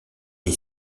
est